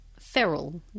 Feral